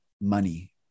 money